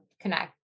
connect